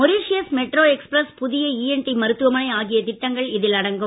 Mauritius metro express புதிய ENT மருத்துவமனை ஆகிய திட்டங்கள் இதில் அடங்கும்